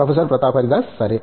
professor Pratap Haridas సరే